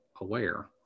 aware